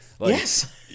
Yes